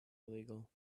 illegal